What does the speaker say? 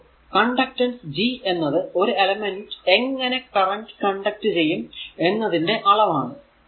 അപ്പോൾ conductance G എന്നത് ഒരു എലമെന്റ് എങ്ങനെ കറന്റ് കണ്ടക്ട് ചെയ്യും എന്നതിന്റെ അളവാണ്